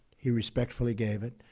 he respectfully gave it.